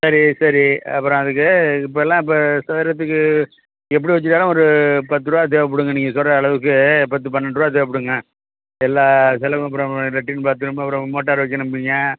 சரி சரி அப்புறம் அதுக்கு இப்போலாம் இப்போ சதுரத்துக்கு எப்படி வைச்சுக்கிட்டாலும் ஒரு பத்துரூபா தேவைப்படுங்க நீங்கள் சொல்கிற அளவுக்கு பத்து பன்னெண்டு ரூபா தேவைப்படுங்க எல்லா செலவும் அப்புறம் லெட்டின் பாத்ரூம் அப்புறம் மோட்டார் வைக்கணும்பீங்க